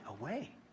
Away